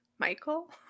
Michael